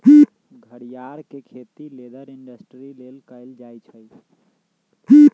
घरियार के खेती लेदर इंडस्ट्री लेल कएल जाइ छइ